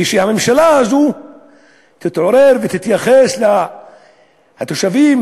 ושהממשלה הזו תתעורר ותתייחס לתושבים,